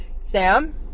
Sam